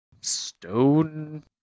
Stone